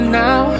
now